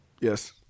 Yes